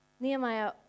Nehemiah